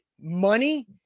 money